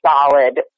solid